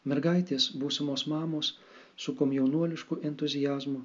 mergaitės būsimos mamos su komjaunuolišku entuziazmu